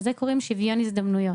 לזה קוראים שוויון הזדמנויות.